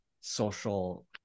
social